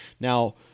now